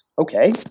Okay